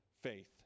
faith